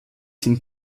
sind